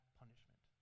punishment